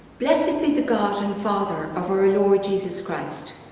blessed be the god and father of our lord jesus christ!